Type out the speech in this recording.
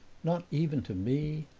not even to me?